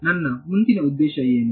ನನ್ನ ಮುಂದಿನ ಉದ್ದೇಶ ಏನು